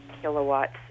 kilowatts